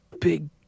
big